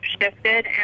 shifted